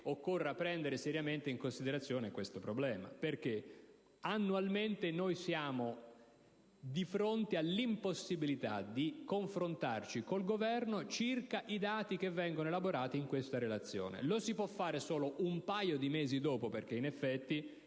occorra prendere seriamente in considerazione questo problema. Annualmente siamo infatti di fronte all'impossibilità di confrontarci con il Governo circa i dati che vengono elaborati in questa Relazione. Lo si può fare solo un paio di mesi dopo, perché in effetti